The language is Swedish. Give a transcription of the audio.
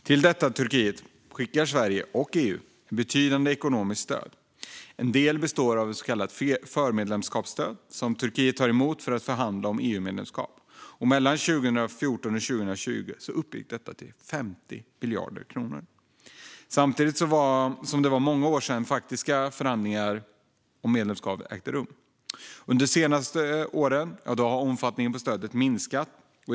Till detta Turkiet skickar Sverige och EU betydande ekonomiskt stöd. En del av det består av ett förmedlemskapsstöd som Turkiet tar emot för att förhandla om EU-medlemskap. Mellan 2014 och 2020 uppgick detta till omkring 50 miljarder kronor. Samtidigt var det många år sedan som faktiska förhandlingar om medlemskap ägde rum. Under de senaste åren har omfattningen av stödet minskat.